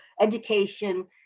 education